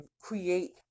create